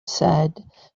said